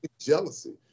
jealousy